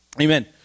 Amen